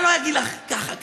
אני לא אגיד לך ככה ככה,